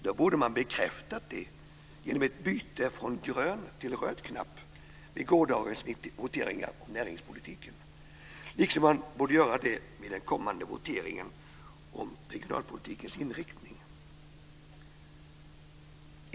Då borde man ha bekräftat det genom ett byte från grön till röd knapp vid gårdagens voteringar om näringspolitiken liksom man borde göra det vid den kommande voteringen om regionalpolitikens inriktning.